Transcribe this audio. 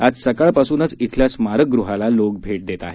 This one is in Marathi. आज सकाळपासूनच इथल्या स्मारकगृहाला भेट देत आहेत